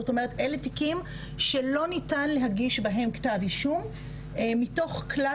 זאת אומרת אלה תיקים שלא ניתן להגיש בהם כתב אישום מתוך כלל